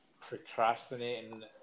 procrastinating